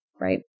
right